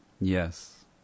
Yes